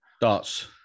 Darts